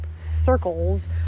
circles